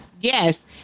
Yes